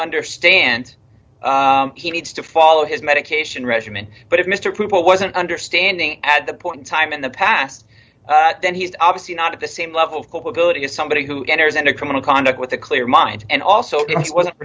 understand he needs to follow his medication regimen but if mr people wasn't understanding at the point time in the past that he's obviously not at the same level of culpability as somebody who enters into criminal conduct with a clear mind and also it's wasn't